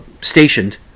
stationed